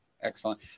excellent